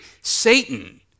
Satan